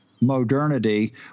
modernity